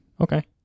Okay